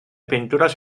pintura